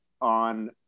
on